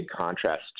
contrast